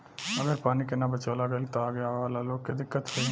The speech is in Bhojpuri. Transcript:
अगर पानी के ना बचावाल गइल त आगे आवे वाला लोग के दिक्कत होई